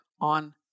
on